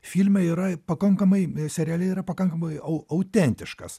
filme yra pakankamai seriale yra pakankamai autentiškas